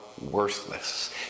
worthless